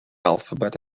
alphabet